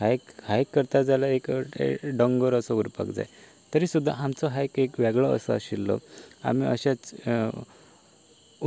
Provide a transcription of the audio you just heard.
हायक hike करता जाल्या एक डोंगर असो उरपाक जाय तरी सुद्दा आमचो हायक एक वेगळो असो आशिल्लो आमी अशेच